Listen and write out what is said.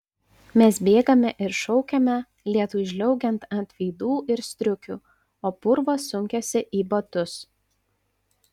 mes bėgame ir šaukiame lietui žliaugiant ant veidų ir striukių o purvas sunkiasi į batus